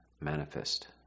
manifest